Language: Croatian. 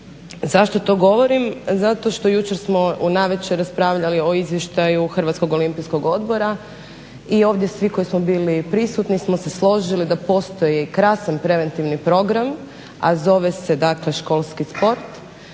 Zašto to govorim? Zašto što jučer smo navečer raspravljali o izvještaju Hrvatskog olimpijskog odbora i ovdje svi koji smo bili prisutni smo se složili da postoji krasan preventivni program, a zove se dakle školski sport,